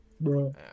Bro